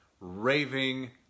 raving